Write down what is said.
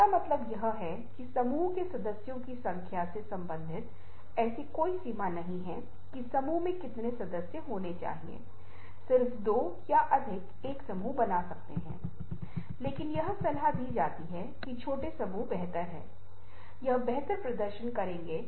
अब मैं आपके साथ क्या साझा करना चाहता था जो मैं आपके साथ साझा करने जा रहा हूं वह कुछ ऐसा है जो मेरे और मेरे छात्रों द्वारा कुछ समय में कुछ शोधों से संबंधित है और यह एक अलग तरीके से अर्थ को संप्रेषित करने में कामयाब रहा